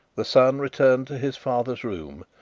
the son returned to his father's room,